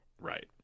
Right